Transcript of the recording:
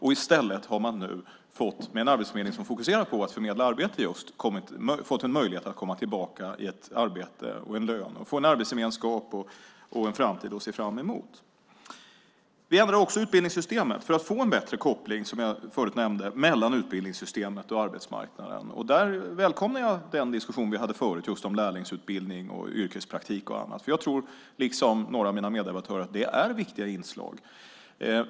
I stället har man nu, med en arbetsförmedling som är fokuserad på att förmedla arbete, fått en möjlighet att komma tillbaka i arbete, få en lön och få en arbetsgemenskap och en framtid att se fram emot. Vi ändrar också utbildningssystemet för att få en bättre koppling, som jag förut nämnde, mellan utbildningssystemet och arbetsmarknaden. Där välkomnar jag den diskussion vi hade förut om lärlingsutbildning, yrkespraktik och annat. Jag tror, liksom några av mina meddebattörer, att det är viktiga inslag.